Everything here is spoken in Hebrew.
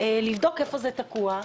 לבדוק איפה זה תקוע.